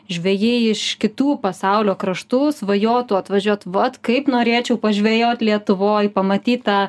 žvejai iš kitų pasaulio kraštų svajotų atvažiuot vat kaip norėčiau pažvejot lietuvoj pamatyt tą